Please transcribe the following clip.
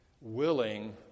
willing